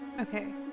Okay